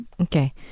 Okay